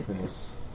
Yes